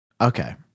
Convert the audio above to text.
Okay